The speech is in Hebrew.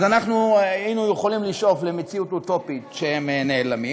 אז אנחנו היינו יכולים לשאוף למציאות אוטופית שהם נעלמים,